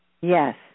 Yes